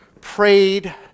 prayed